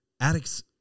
addicts